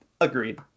Agreed